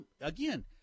again